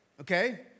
okay